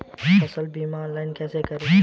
फसल बीमा ऑनलाइन कैसे करें?